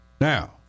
Now